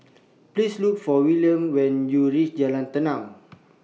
Please Look For Wilhelm when YOU REACH Jalan Tenang